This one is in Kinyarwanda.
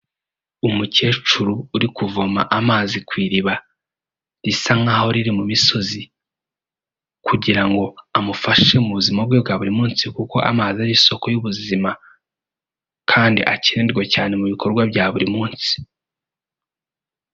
Umukecuru uri kuvoma amazi ku iriba, risa nk'aho riri mu misozi kugira ngo amufashe mu buzima bwe bwa buri munsi kuko amazi ari isoko y'ubuzima kandi akenerwa cyane mu bikorwa bya buri munsi.